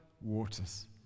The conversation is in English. waters